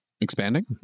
expanding